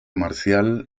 marcial